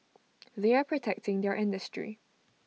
they are protecting their industry